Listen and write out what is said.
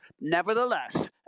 Nevertheless